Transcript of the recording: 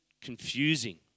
confusing